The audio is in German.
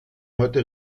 heute